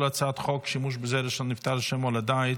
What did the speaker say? הצעת חוק שימוש בזרע של נפטר לשם הולדה,